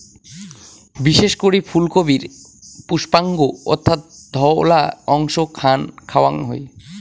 বিশেষ করি ফুলকপির পুষ্পাক্ষ অর্থাৎ ধওলা অংশ খান খাওয়াং হই